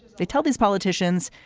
they tell these politicians,